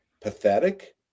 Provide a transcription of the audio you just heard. pathetic